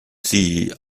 sie